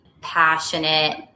passionate